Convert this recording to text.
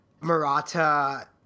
Murata